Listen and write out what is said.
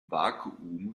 vakuum